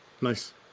nice